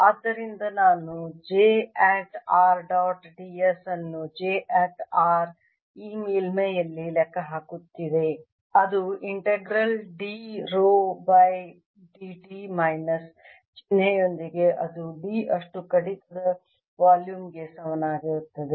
ಆದ್ದರಿಂದ ನಾನು j at r dot d s ಅನ್ನು j ಅಟ್ r ಈ ಮೇಲ್ಮೈಯಲ್ಲಿ ಲೆಕ್ಕಹಾಕಲಾಗುತ್ತಿದೆ ಅದು integral d rho by dt minus ಚಿಹ್ನೆಯೊಂದಿಗೆ ಅದು d ಅಷ್ಟು ಕಡಿತದ ವಾಲ್ಯೂಮ್ ಗೆ ಸಮನಾಗಿರುತ್ತದೆ